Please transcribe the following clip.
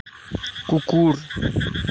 কুকুর